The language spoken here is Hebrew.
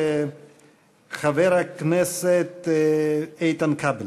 חבר הכנסת איתן כבל.